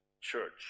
church